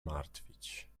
martwić